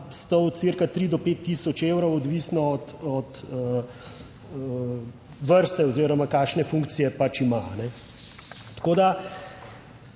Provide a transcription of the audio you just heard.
stal cirka 3 do 5000 evrov, odvisno od vrste oziroma kakšne funkcije pač ima. Tako da,